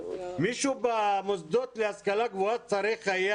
מישהו במוסדות להשכלה גבוהה צריך היה